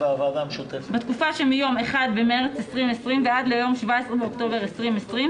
בתקופה שמיום 1 במרץ 2020 ועד ליום 17 באוקטובר 2020,